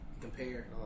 compare